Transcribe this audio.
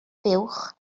fuwch